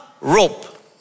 rope